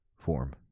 form